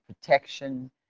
protection